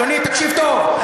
אדוני, תקשיב טוב.